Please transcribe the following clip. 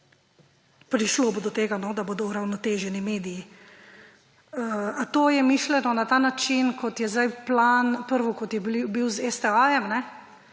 prišlo bo do tega, da bodo uravnoteženi mediji. A to je mišljeno na ta način, kot je zdaj plan, prvo, kot je bil s STA-jem,